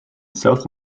south